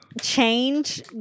change